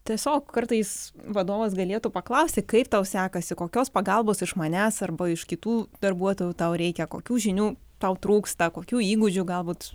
tiesiog kartais vadovas galėtų paklausti kaip tau sekasi kokios pagalbos iš manęs arba iš kitų darbuotojų tau reikia kokių žinių tau trūksta kokių įgūdžių galbūt